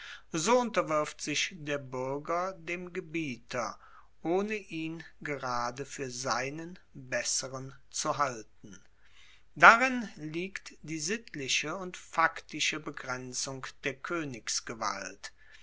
so unterwirft sich der buerger dem gebieter ohne ihn gerade fuer seinen besseren zu halten darin liegt die sittliche und faktische begrenzung der